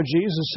Jesus